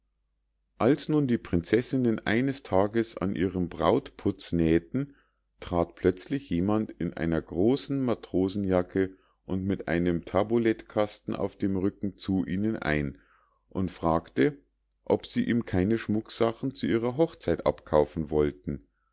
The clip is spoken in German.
als nun die prinzessinnen eines tages an ihrem brautputz näh'ten trat plötzlich jemand in einer großen matrosenjacke und mit einem tabuletkasten auf dem rücken zu ihnen ein und fragte ob sie ihm keine schmucksachen zu ihrer hochzeit abkaufen wollten